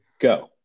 go